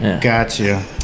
Gotcha